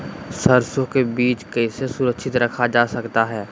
सरसो के बीज कैसे सुरक्षित रखा जा सकता है?